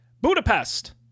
Budapest